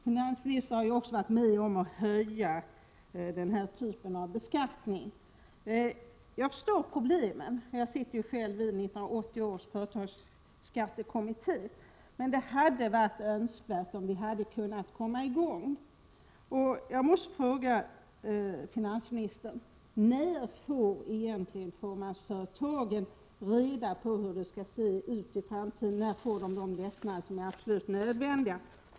Finansministern har också varit med om att höja den typen av beskattning. Jag förstår problemen — jag sitter ju själv i 1980 års företagsskattekommitté — men det hade varit önskvärt om vi hade kunnat komma i gång. Jag måste fråga finansministern: När får fåmansföretagen egentligen reda på hur det skall se ut i framtiden? När får de de lättnader som är absolut nödvändiga?